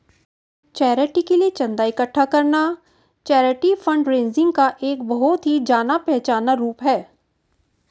charity के लिए चंदा इकट्ठा करना चैरिटी फंडरेजिंग का एक बहुत ही जाना पहचाना रूप है